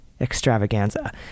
extravaganza